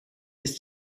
ist